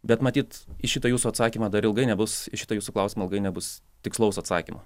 bet matyt į šitą jūsų atsakymą dar ilgai nebus į šitą jūsų klausimą ilgai nebus tikslaus atsakymo